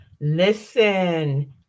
listen